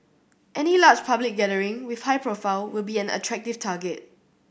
any large public gathering with high profile will be an attractive target